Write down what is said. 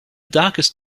darkest